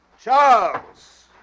Charles